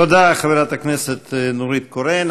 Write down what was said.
תודה לחברת הכנסת נורית קורן.